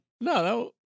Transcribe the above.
No